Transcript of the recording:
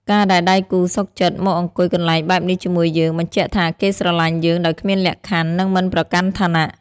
ការដែលដៃគូសុខចិត្តមកអង្គុយកន្លែងបែបនេះជាមួយយើង បញ្ជាក់ថាគេស្រឡាញ់យើងដោយគ្មានលក្ខខណ្ឌ និងមិនប្រកាន់ឋានៈ។